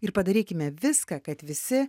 ir padarykime viską kad visi